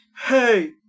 Hey